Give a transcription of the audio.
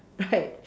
right